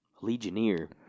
legionnaire